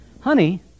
honey